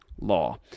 law